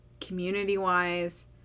community-wise